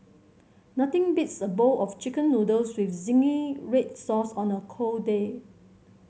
nothing beats a bowl of Chicken Noodles with zingy red sauce on a cold day